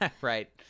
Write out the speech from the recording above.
right